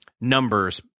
numbers